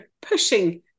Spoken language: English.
pushing